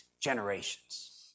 generations